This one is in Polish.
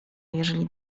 jeżeli